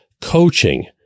coaching